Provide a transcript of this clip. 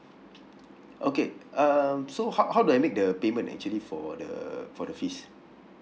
okay um so how how do I make the payment actually for the for the fees